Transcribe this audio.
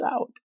out